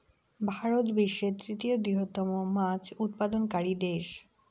ভারত বিশ্বের তৃতীয় বৃহত্তম মাছ উৎপাদনকারী দেশ